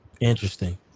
Interesting